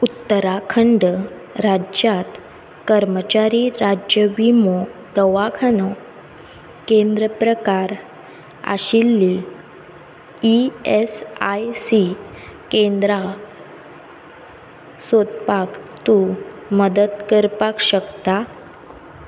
उत्तराखंड राज्यांत कर्मचारी राज्य विमो दवाखानो केंद्र प्रकार आशिल्लीं ई एस आय सी केंद्रां सोदपाक तूं मदत करपाक शकता